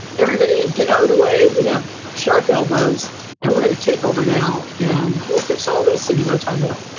everybody get out of the way. we have sharp elbows and we're going to take over now and we'll fix all this in no time at all.